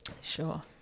Sure